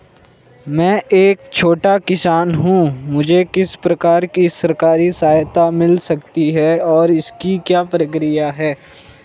मैं एक छोटा किसान हूँ मुझे किस प्रकार की सरकारी सहायता मिल सकती है और इसकी क्या प्रक्रिया है?